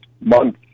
month